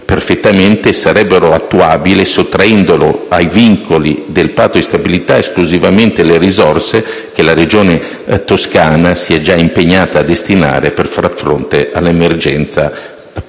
perfettamente - sarebbero attuabili sottraendo ai vincoli del Patto di stabilità esclusivamente le risorse che la Regione Toscana si è già impegnata a destinare per far fronte all'emergenza postsismica.